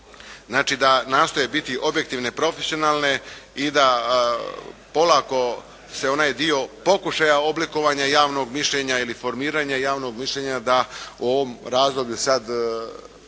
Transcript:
Znači da nastoje biti objektivne i profesionalne i da polako se onaj dio pokušaja oblikovanja javnog mišljenja ili formiranja javnog mišljenja da u ovom razdoblju sad